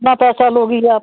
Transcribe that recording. कितना पैसा लोगी आप